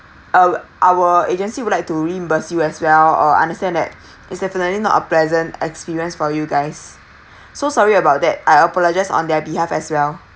our our agency would like to reimburse you as well uh understand is definitely not a pleasant experience for you guys so sorry about that I apologize on their behalf as well